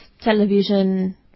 television